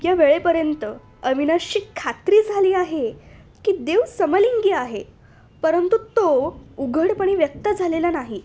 त्या वेळेपर्यंत अविनाशशी खात्री झाली आहे की देव समलिंगी आहे परंतु तो उघडपणे व्यक्त झालेला नाही